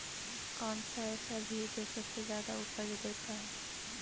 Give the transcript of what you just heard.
कौन सा ऐसा भी जो सबसे ज्यादा उपज देता है?